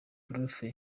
prof